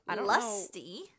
Lusty